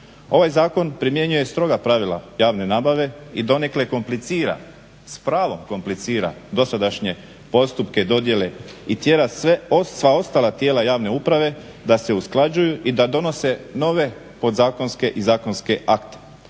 Ovaj zakon primjenjuje stroga pravila javne nabave i donekle komplicira s pravom komplicira dosadašnje postupke dodjele i tjera sva ostala tijela javne uprave da se usklađuju i da donose nove podzakonske i zakonske akte.